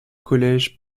collège